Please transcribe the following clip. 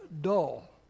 dull